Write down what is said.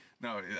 no